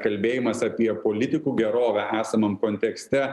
kalbėjimas apie politikų gerovę esamam kontekste